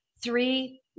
three